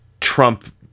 Trump